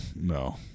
No